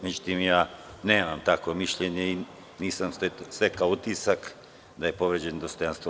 Međutim, ja nemam takvo mišljenje i nisam stekao utisak da je povređeno dostojanstvo.